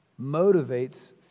motivates